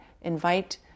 invite